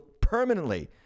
permanently